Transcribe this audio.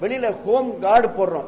வெளியில ஹோம்கார்டு போட்றோம்